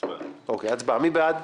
הצבעה מי בעד?